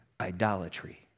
idolatry